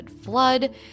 flood